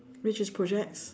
which is projects